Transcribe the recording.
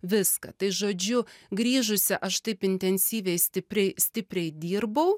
viską tai žodžiu grįžusi aš taip intensyviai stipriai stipriai dirbau